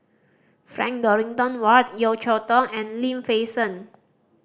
Frank Dorrington Ward Yeo Cheow Tong and Lim Fei Shen